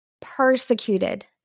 persecuted